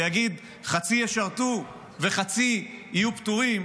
ותגיד שחצי ישרתו וחצי יהיו פטורים,